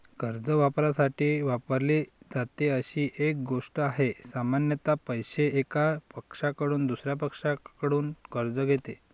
कर्ज वापरण्यासाठी वापरली जाते अशी एक गोष्ट आहे, सामान्यत पैसे, एका पक्षाकडून दुसर्या पक्षाकडून कर्ज घेते